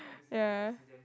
ya